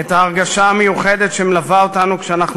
את ההרגשה המיוחדת שמלווה אותנו כשאנחנו